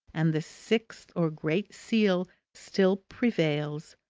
and the sixth or great seal still prevails,